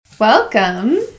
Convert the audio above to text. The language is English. Welcome